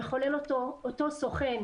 המשרדים סגורים,